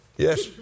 Yes